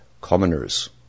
commoners